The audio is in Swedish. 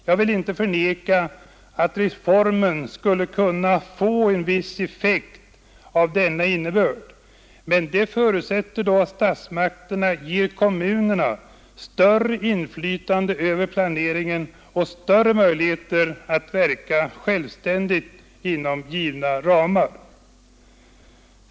Jag vill inte förneka att reformen skulle kunna få en viss effekt av denna innebörd, men det förutsätter att statsmakterna ger kommunerna större inflytande över planeringen och större möjligheter att verka självständigt inom givna ramar.